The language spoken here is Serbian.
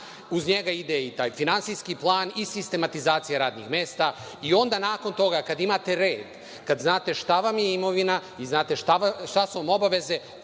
uz njega ide i taj finansijski plan i sistematizacija radnih mesta. Onda, nakon toga, kada imate red, kada znate šta vam je imovina, znate šta su obaveze,